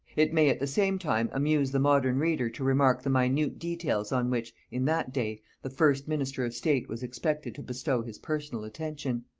it may at the same time amuse the modern reader to remark the minute details on which, in that day, the first minister of state was expected to bestow his personal attention.